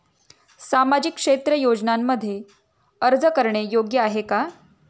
सामाजिक क्षेत्र योजनांमध्ये अर्ज करणे योग्य आहे का?